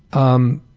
i'm